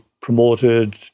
promoted